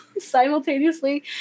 simultaneously